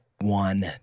one